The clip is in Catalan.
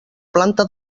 planta